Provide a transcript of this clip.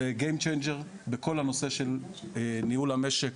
זה משחק משתנה בכל הנושא של ניהול המשק,